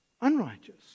unrighteous